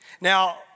Now